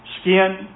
skin